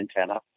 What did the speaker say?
antenna